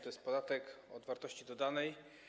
To jest podatek od wartości dodanej.